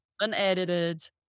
unedited